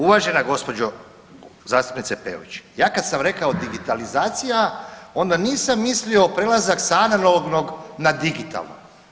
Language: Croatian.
Uvažena gospođo zastupnice Peović, ja kada sam rekao digitalizacija onda nisam mislio prelazak sa analognog na digitalno.